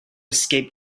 escape